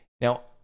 Now